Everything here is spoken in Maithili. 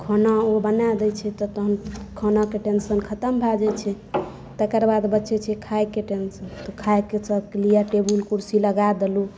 तऽ खाना ओ बना दै छै तऽ ओ खानाकेँ टेंशन खतम भए जाइ छै तकर बाद बचै छै खायकेँ टेंशन खायकेँ लेल टेबुल कुरसी लगा देलहुॅं